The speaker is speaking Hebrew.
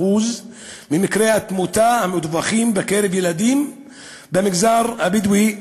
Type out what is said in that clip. ממקרי התמותה המדווחים בקרב ילדים במגזר הבדואי,